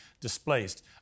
displaced